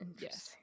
Yes